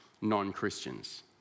non-Christians